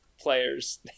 players